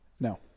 No